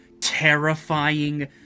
terrifying